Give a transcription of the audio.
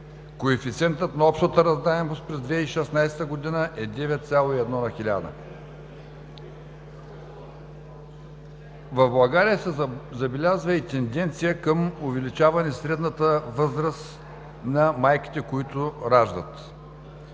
Коефициентът на общата раждаемост през 2016 г. е 9,1 на 1000. В България се забелязва тенденция към увеличаване средната възраст на майките, които раждат.